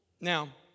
Now